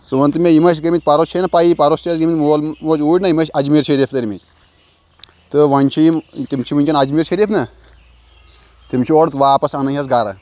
ژٕ وَن تہِ مےٚ یِم ٲسۍ گٔمٕتۍ پَرُس چھے نہٕ پَیی پَرُس تہِ ٲسۍ گٔمٕتۍ مول موج اوٗرۍ نہ یِم ٲسۍ اجمیٖر شریٖف تٔرۍمٕتۍ تہٕ وۄنۍ چھِ یِم تِم چھِ وٕنۍکٮ۪ن اجمیٖر شریٖف نَہ تِم چھِ اورٕ واپَس اَنٕنۍ حظ گَرٕ